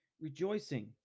rejoicing